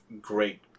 great